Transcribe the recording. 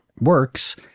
works